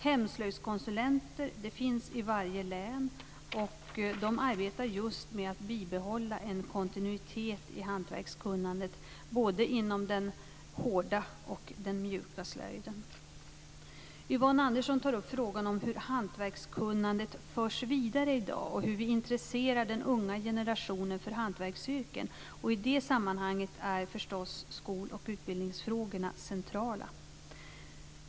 Hemslöjdskonsulenter finns i varje län, och de arbetar just med att bibehålla en kontinuitet i hantverkskunnandet inom både den hårda och den mjuka slöjden. Yvonne Andersson tar upp frågan om hur hantverkskunnandet förs vidare i dag och hur vi intresserar den unga generationen för hantverksyrken. I det sammanhanget är förstås skol och utbildningsfrågorna centrala.